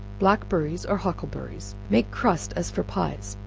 blackberries, or huckleberries, make crust as for pies,